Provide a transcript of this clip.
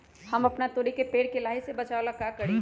हम अपना तोरी के पेड़ के लाही से बचाव ला का करी?